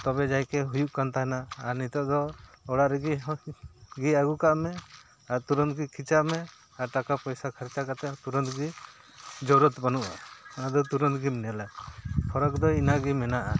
ᱛᱚᱵᱮ ᱡᱟᱭᱠᱮ ᱦᱩᱭᱩᱜ ᱠᱟᱱ ᱛᱟᱦᱮᱱᱟ ᱟᱨ ᱱᱤᱛᱳᱜ ᱫᱚ ᱚᱲᱟᱜ ᱨᱮᱜᱮ ᱟᱹᱜᱩ ᱠᱟᱜ ᱢᱮ ᱟᱨ ᱛᱩᱨᱟᱹᱛ ᱜᱮ ᱠᱷᱤᱪᱟᱹᱣ ᱢᱮ ᱟᱨ ᱴᱟᱠᱟ ᱯᱚᱭᱥᱟ ᱠᱷᱚᱨᱪᱟ ᱠᱟᱛᱮ ᱛᱩᱨᱟᱹᱱ ᱜᱮ ᱡᱟᱨᱩᱲᱟᱛ ᱵᱟᱹᱱᱩᱜᱼᱟ ᱚᱱᱟ ᱫᱚ ᱛᱩᱨᱟᱹᱱᱛ ᱜᱮᱢ ᱧᱮᱞᱟ ᱯᱷᱟᱨᱟᱠ ᱫᱚ ᱤᱱᱟᱹᱜᱮ ᱢᱮᱱᱟᱜᱼᱟ